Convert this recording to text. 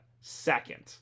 second